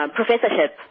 professorship